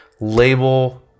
label